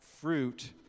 fruit